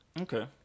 okay